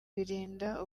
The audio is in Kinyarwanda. birinda